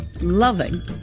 loving